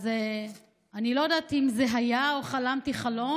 אז אני לא יודעת אם זה היה או חלמתי חלום.